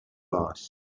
boss